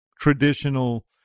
traditional